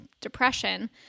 depression